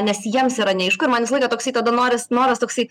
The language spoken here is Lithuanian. nes jiems yra neaišku ir man visą laiką toksai tada noris noras toksai